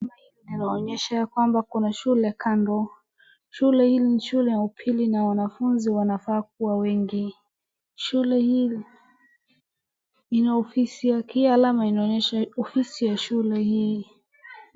Linaloonyesha ya kwamba kuna shule kando. Shule hili ni la upili na wanafunzi wanafaa kuwa wengi. Shule hii ina ofisi, hii alama inaonyesha ofisi ya shule hii.